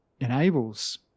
enables